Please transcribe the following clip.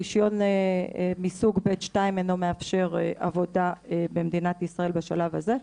רישיון מסוג ב/2 אינו מאפשר עבודה במדינת ישראל בשלב הזה.